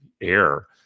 air